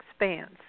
expands